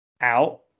out